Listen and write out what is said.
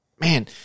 Man